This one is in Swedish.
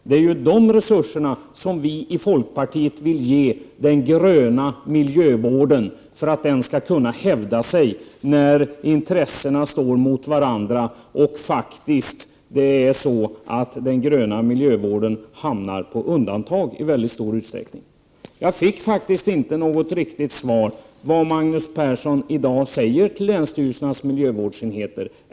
Det är de resurserna vi i folkpartiet vill ge den gröna miljövården, för att den skall kunna hävda sig när intressena står mot varandra och den gröna miljövården i stor utsträckning hamnar på undantag. Jag fick inte något riktigt svar på frågan vad Magnus Persson i dag säger till länsstyrelsernas miljövårdsenheter.